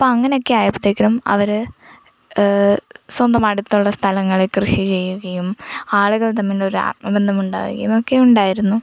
ഇപ്പം അങ്ങനെയൊക്കെ ആയപ്പോഴത്തേക്കും അവർ സ്വന്തം അടുത്തുള്ള സ്ഥലങ്ങളിൽ കൃഷി ചെയ്യുകയും ആളുകൾ തമ്മിൽ ഒരു ആത്മബന്ധം ഉണ്ടാവുകയും ഒക്കെ ഉണ്ടായിരുന്നു